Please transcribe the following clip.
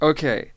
Okay